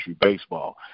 baseball